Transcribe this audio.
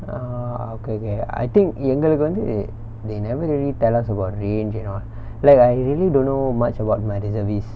ah okay okay I think எங்களுக்கு வந்து:engalukku vanthu they never really tell us about range and all like I really don't know much about my reservist